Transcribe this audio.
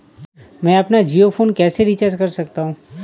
मैं अपना जियो फोन कैसे रिचार्ज कर सकता हूँ?